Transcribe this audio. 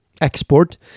export